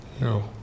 No